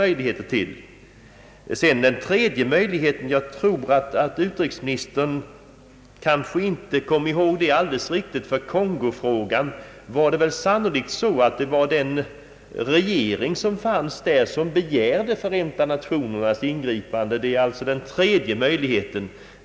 Vidare finns det en tredje möjlighet. Jag tror inte att utrikesministern alldeles riktigt kommer ihåg hur det förhöll sig i Kongofrågan. Men i detta fall var det sannolikt så, att det var regeringen i Kongo som begärde Förenta Nationernas ingripande.